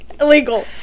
Illegal